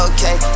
Okay